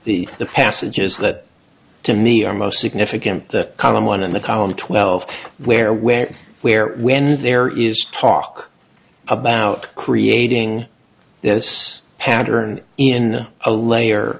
this the passages that to me are most significant that column one in the column twelve where where where when there is talk about creating this pattern in a layer